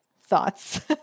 thoughts